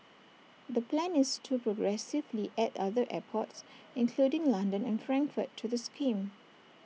the plan is to progressively add other airports including London and Frankfurt to the scheme